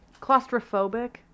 Claustrophobic